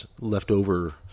leftover